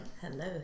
Hello